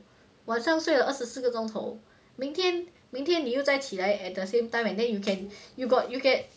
晚上睡了二十四个钟头明天明天你又再起来 at the same time and then you can you got you get